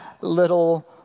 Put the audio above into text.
little